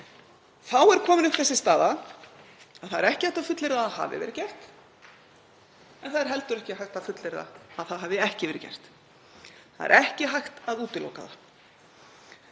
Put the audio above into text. Þá er komin upp sú staða að ekki er hægt að fullyrða að það hafi verið gert en ekki er heldur hægt að fullyrða að það hafi ekki verið gert. Það er ekki hægt að útiloka það.